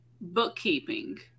Bookkeeping